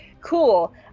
cool